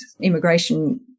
immigration